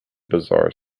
bizarre